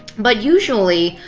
but usually,